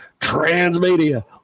transmedia